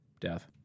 death